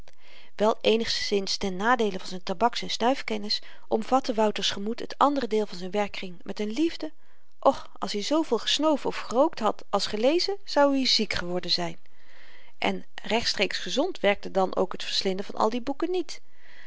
wel eenigszins ten nadeele van z'n tabaks en snuifkennis omvatte wouter's gemoed het ander deel van z'n werkkring met n liefde och als i zooveel gesnoven of gerookt had als gelezen zou i ziek geworden zyn en rechtstreeks gezond werkte dan ook het verslinden van al die boeken niet